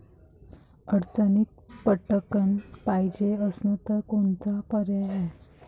अडचणीत पटकण पायजे असन तर कोनचा पर्याय हाय?